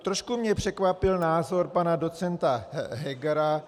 Trošku mě překvapil názor pana docenta Hegera.